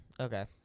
Okay